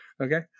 okay